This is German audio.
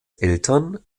eltern